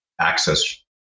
access